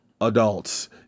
adults